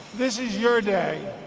this is your day,